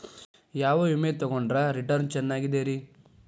ಯಾವ ವಿಮೆ ತೊಗೊಂಡ್ರ ರಿಟರ್ನ್ ಚೆನ್ನಾಗಿದೆರಿ?